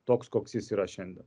toks koks jis yra šiandien